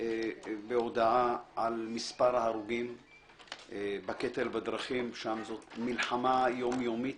בהודעה על מספר ההרוגים בקטל בדרכים שם זו מלחמה יום-יומית.